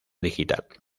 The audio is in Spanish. digital